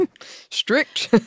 Strict